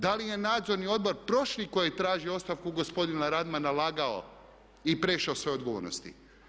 Da li je Nadzorni odbor prošli koji je tražio ostavku gospodina Radmana lagao i prešao sve odgovornosti?